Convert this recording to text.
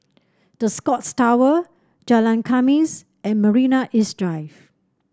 The Scotts Tower Jalan Khamis and Marina East Drive